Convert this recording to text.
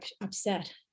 upset